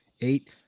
Eight